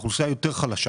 האוכלוסייה היותר חלשה.